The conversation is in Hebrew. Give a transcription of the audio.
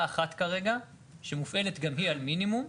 אחת כרגע שמופעלת גם היא על מינימום.